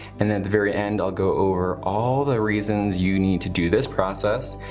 and then the very end i'll go over all the reasons you need to do this process.